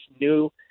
new